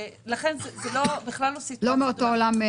לכן זה לא מאותו עולם.